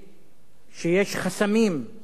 שיש חסמים בקליטת ערבים,